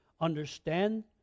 Understand